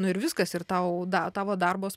nu ir viskas ir tau da tavo darbas